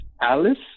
alice